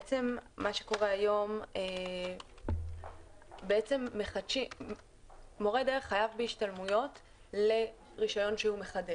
בעצם מה שקורה היום הוא שמורה דרך חייב בהשתלמויות לרישיון שהוא מחדש.